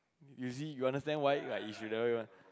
you see you understand why like you should never